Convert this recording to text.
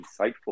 insightful